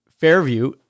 Fairview-